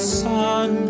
sun